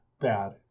bad